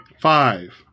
Five